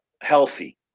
healthy